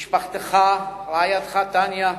משפחתך, אשתך טניה,